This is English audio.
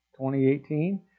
2018